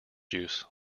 juice